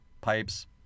Pipes